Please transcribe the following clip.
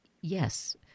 Yes